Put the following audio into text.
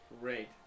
Great